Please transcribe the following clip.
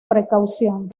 precaución